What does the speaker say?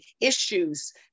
issues